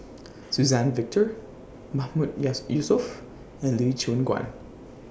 Suzann Victor Mahmood Yes Yusof and Lee Choon Guan